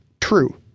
True